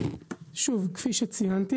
דיון חשוב בהסרת חסמים,